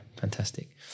fantastic